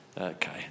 Okay